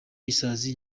isazi